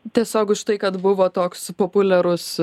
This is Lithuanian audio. tiesiog už tai kad buvo toks populiarus